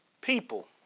people